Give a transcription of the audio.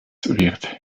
wird